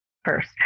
first